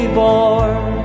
born